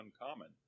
uncommon